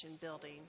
Building